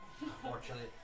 Unfortunately